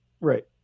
right